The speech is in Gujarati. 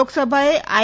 લોકસભાએ આઇ